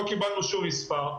לא קיבלנו שום מספר,